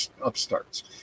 upstarts